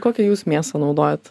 kokią jūs mėsą naudojat